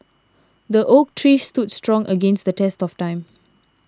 the oak tree stood strong against the test of time